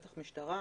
בטח משטרה,